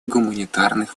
гуманитарных